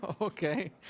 Okay